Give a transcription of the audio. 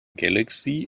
galaxy